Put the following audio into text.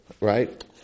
right